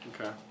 Okay